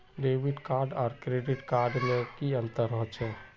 Debit card आर credit card में की अंतर होचे?